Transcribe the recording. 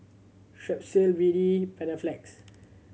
Strepsil B D Panaflex